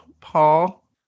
Paul